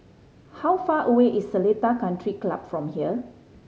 how far away is Seletar Country Club from here